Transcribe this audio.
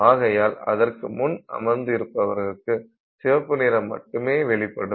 ஆகையால் அதற்கு முன் அமர்ந்து இருப்பவருக்கு சிவப்பு நிறம் மட்டுமே வெளிப்படும்